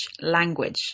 language